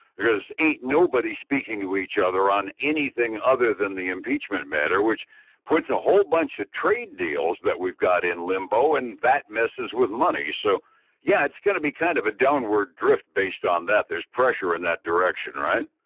because ain't nobody speaking to each other on anything other than the impeachment matter, which puts a whole bunch of trade deals that we've got in limbo and that messes with money, so yeah it's going to be kind of a downward drift based on that. there's pressure in that direction, right?